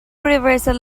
reversal